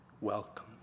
welcome